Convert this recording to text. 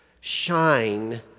Shine